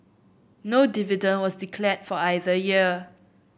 no dividend was declared for either year